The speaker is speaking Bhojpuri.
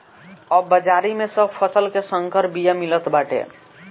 अब बाजारी में सब फसल के संकर बिया मिलत बाटे